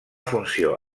funció